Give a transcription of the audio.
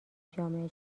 جامعه